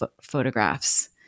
photographs